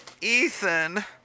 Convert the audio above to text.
Ethan